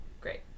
Great